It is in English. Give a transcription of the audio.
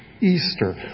Easter